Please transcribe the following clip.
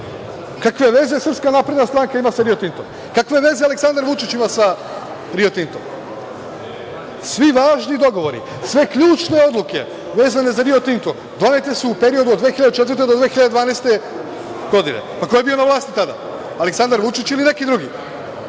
Kakve veze SNS ima sa „Rio Tintom“? Kakve veze Aleksandar Vučić ima sa „Rio Tintom“? Svi važni dogovori, sve ključne odluke, vezane za Rio Tinto donete su u periodu od 2004. do 2012. godine. Ko je bio na vlasti tada? Aleksandar Vučić ili neki drugi? Dakle,